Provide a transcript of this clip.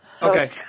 Okay